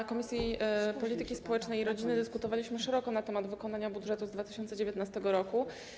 W Komisji Polityki Społecznej i Rodziny dyskutowaliśmy szeroko na temat wykonania budżetu 2019 r.